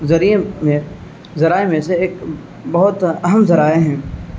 ذریعے میں ذرائع میں سے ایک بہت اہم ذرائع ہیں